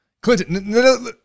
Clinton